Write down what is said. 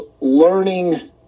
learning